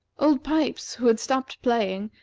old pipes, who had stopped playing,